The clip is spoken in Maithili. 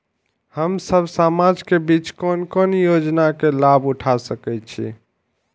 हम सब समाज के बीच कोन कोन योजना के लाभ उठा सके छी?